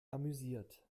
amüsiert